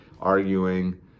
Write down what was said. arguing